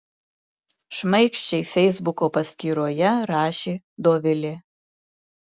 šmaikščiai feisbuko paskyroje rašė dovilė